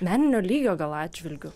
meninio lygio gal atžvilgiu